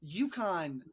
UConn